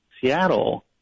Seattle